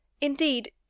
Indeed